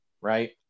right